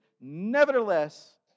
nevertheless